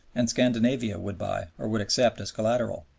and scandinavia would buy or would accept as collateral.